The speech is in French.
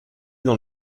dans